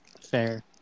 fair